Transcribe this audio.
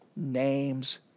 name's